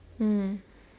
mm